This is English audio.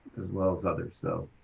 as well as others. so